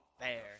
fair